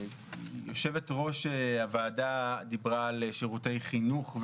יו"ר הוועדה דיברה על שירותי חינוך,